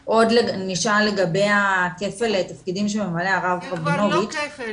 כפל התפקידים שממלא הרב רבינוביץ --- זה כבר לא כפל,